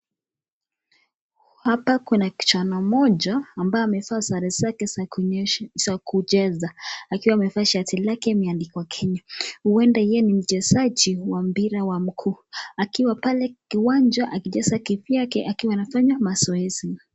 Hapa kuna kijana mmoja ambaye amevaa sare zake za kucheza akiwa amevaa shati lake limeandikwa kenya huenda yeye ni mchezaji wa mpira ya mguu akiwa pale kiwanja akicheza kivyake akiwa anafanya mazoezi.